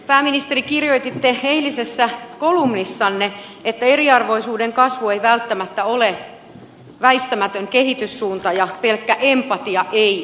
pääministeri kirjoititte eilisessä kolumnissanne että eriarvoisuuden kasvu ei välttämättä ole väistämätön kehityssuunta ja pelkkä empatia ei auta